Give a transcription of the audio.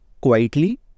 quietly